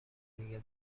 دیگه